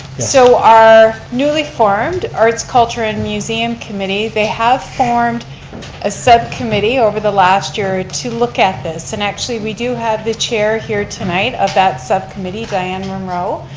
so our newly formed arts, culture and museum committee they have formed a subcommittee over the last year to look at this. and actually we do have the chair here tonight of that subcommittee, dianne munro.